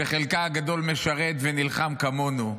שחלקה הגדול משרת ונלחם כמונו,